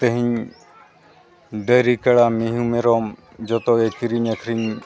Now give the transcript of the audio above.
ᱛᱮᱦᱮᱧ ᱰᱟᱹᱝᱨᱤ ᱠᱟᱲᱟ ᱢᱤᱦᱩ ᱢᱮᱨᱚᱢ ᱡᱚᱛᱚᱜᱮ ᱠᱤᱨᱤᱧ ᱟᱹᱠᱷᱨᱤᱧ